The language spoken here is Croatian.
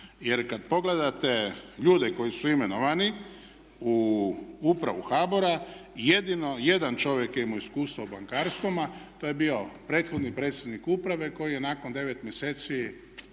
Jer i kad pogledate ljude koji su imenovali u upravu HBOR-a jedino jedan čovjek je imao iskustva u bankarstvu to je bio prethodni predsjednik uprave koji je nakon 9 mjeseci